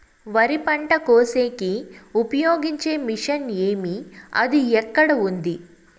వరి పంట కోసేకి ఉపయోగించే మిషన్ ఏమి అది ఎక్కడ ఉంది?